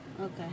Okay